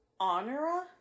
Honora